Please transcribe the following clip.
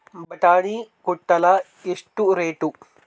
ಬಟಾಣಿ ಕುಂಟಲ ಎಷ್ಟು ರೇಟ್?